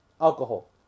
alcohol